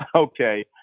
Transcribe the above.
ah okay,